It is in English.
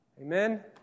Amen